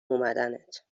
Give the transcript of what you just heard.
اومدنت